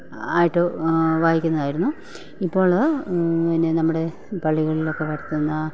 ആയിട്ട് വായിക്കുന്നതായിരുന്നു ഇപ്പോള് പിന്നെ നമ്മടെ പള്ളികളിലൊക്കെ വരുത്തുന്ന